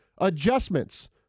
Adjustments